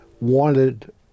wanted